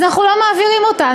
אנחנו לא מעבירים אותה,